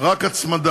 אלא רק הצמדה.